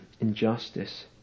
injustice